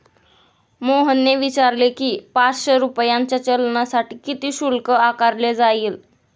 मोहनने विचारले की, पाचशे रुपयांच्या चलानसाठी किती शुल्क आकारले जाईल?